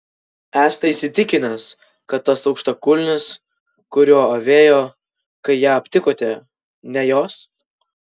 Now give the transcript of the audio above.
esate įsitikinęs kad tas aukštakulnis kuriuo avėjo kai ją aptikote ne jos